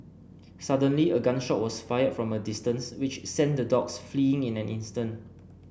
suddenly a gun shot was fired from a distance which sent the dogs fleeing in an instant